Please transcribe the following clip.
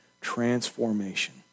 Transformation